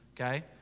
okay